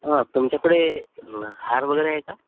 हा तुमच्याकडे हार वगैरे आहे का